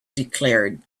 declared